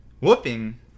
whooping